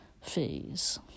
fees